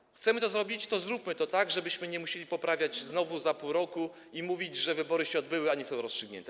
Jeśli chcemy to zrobić, to zróbmy to tak, żebyśmy nie musieli poprawiać znowu za pół roku i mówić, że wybory się odbyły, a nie są rozstrzygnięte.